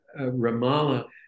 Ramallah